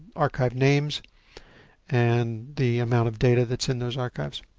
archive names and the amount of data that's in those archives.